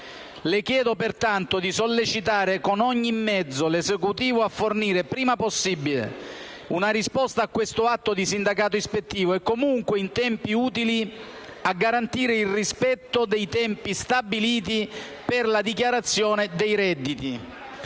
Le chiedo pertanto di sollecitare, con ogni mezzo, l'Esecutivo a fornire il prima possibile una risposta a questo atto di sindacato ispettivo e, comunque, in tempi utili a garantire il rispetto dei tempi stabiliti per la dichiarazione dei redditi,